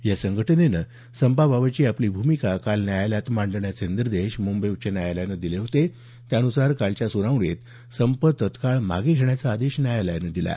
या संघटनेनं संपाबाबतची आपली भूमिका काल न्यायालयात मांडण्याचे निर्देश मुंबई उच्च न्यायालयानं दिले होते त्यानुसार कालच्या सुनावणीत संप तत्काळ मागे घेण्याचा आदेश न्यायालयानं दिला